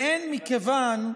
והן מכיוון